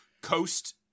coast